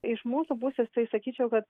iš mūsų pusės tai sakyčiau kad